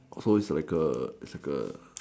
so it's like a it's like a